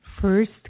first